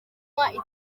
kunywa